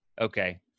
okay